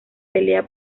pelea